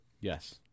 yes